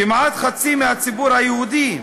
כמעט חצי מהציבור היהודי,